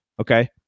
Okay